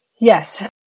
Yes